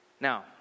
Now